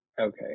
Okay